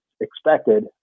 expected